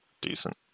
decent